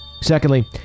Secondly